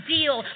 Deal